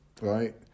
right